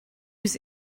was